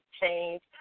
change